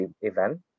event